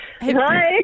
Hi